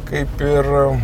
kaip ir